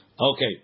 Okay